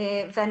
בהחלט.